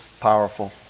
powerful